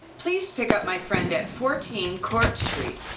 please pick up my friend at fourteen court street.